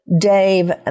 Dave